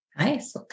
Nice